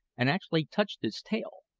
and actually touched its tail,